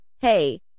hey